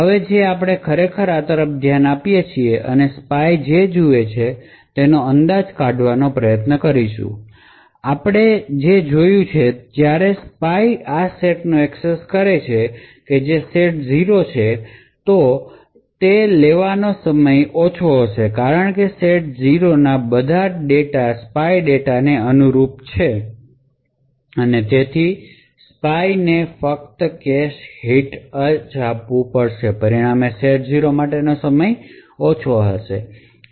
હવે જો આપણે ખરેખર આ તરફ ધ્યાન આપીએ અને સ્પાય જે જુએ છે તેનો અંદાજ કાઢવાનો પ્રયત્ન કરીશું જો આપણે જોશું કે જ્યારે સ્પાય આ સેટને એક્સેસ કરે છે કે જે સેટ 0 છે તો લેવાયલો સમય ઓછો હશે કારણ કે સેટ 0 ના ડેટા બધા સ્પાય ડેટાને અનુરૂપ છે અને તેથી સ્પાય ને ફક્ત કેશ હિટ આપવું પડશે અને પરિણામે સેટ 0 માટેનો એક્સેસ સમય ઓછો હશે